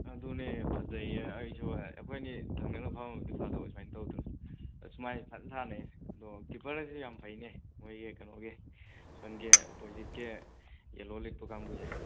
ꯑꯗꯨꯅꯦ ꯐꯖꯩꯌꯦ ꯑꯩꯖꯨ ꯑꯩꯈꯣꯏꯅꯤ ꯊꯪꯅꯅ ꯐꯝꯃꯝꯃꯗꯤ ꯐꯗꯧꯕ ꯁꯨꯃꯥꯏ ꯇꯧꯕꯗꯣ ꯑꯁ ꯃꯥꯏ ꯐꯖꯅ ꯁꯥꯅꯩꯌꯦ ꯑꯗꯣ ꯀꯤꯄꯔꯗꯨꯖꯨ ꯌꯥꯝ ꯐꯩꯅꯦ ꯃꯣꯏꯒꯤ ꯀꯩꯅꯣꯒꯤ ꯁꯣꯝꯒꯤ ꯑꯣꯞꯄꯣꯖꯤꯠꯀꯤ ꯌꯦꯜꯂꯣ ꯂꯤꯠꯄ ꯀꯥꯡꯒꯨꯖꯦ